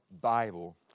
Bible